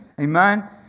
Amen